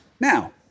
Now